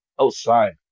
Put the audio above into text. outside